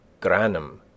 granum